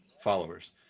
followers